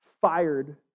fired